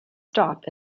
stop